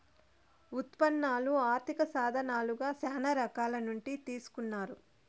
ఉత్పన్నాలు ఆర్థిక సాధనాలుగా శ్యానా రకాల నుండి తీసుకున్నారు